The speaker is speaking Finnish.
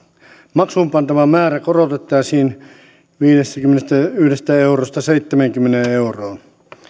maksuun pantava määrä korotettaisiin viidestäkymmenestäyhdestä eurosta seitsemäänkymmeneen euroon